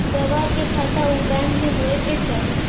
गवाह के खाता उ बैंक में होए के चाही